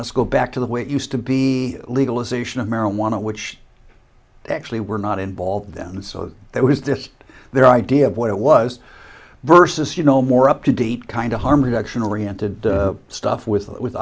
let's go back to the way it used to be legalization of marijuana which actually we're not involved down and so there was this their idea of what it was versus you know more up to date kind of harm reduction oriented stuff with